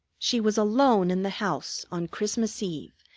she was alone in the house, on christmas eve,